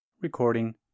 Recording